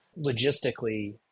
logistically